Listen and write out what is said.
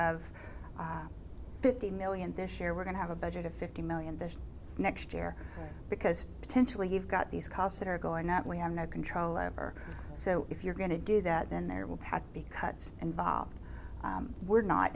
of fifty million this year we're going to have a budget of fifty million this next year because potentially you've got these costs that are going up we have no control over so if you're going to do that then there will be cuts involved we're not